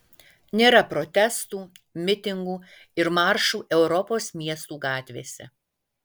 nėra protestų mitingų ir maršų europos miestų gatvėse